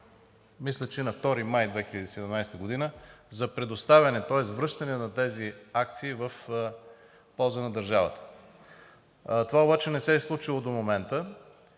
мисля, че на 2 май 2017 г., за предоставяне, тоест връщане на тези акции в полза на държавата. Това обаче не се е случило до момента